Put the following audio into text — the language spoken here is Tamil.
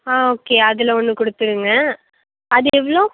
ஆ ஓகே அதில் ஒன்று கொடுத்துருங்க அது எவ்வளோ